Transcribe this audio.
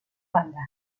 banda